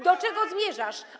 Do czego zmierzasz?